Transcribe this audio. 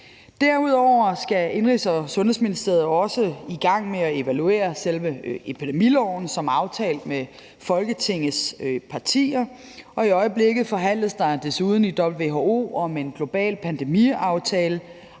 Derudover skal Indenrigs- og Sundhedsministeriet også i gang med at evaluere selve epidemiloven som aftalt med Folketingets partier, og i øjeblikket forhandles der desuden i WHO om en global pandemiaftale.